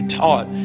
taught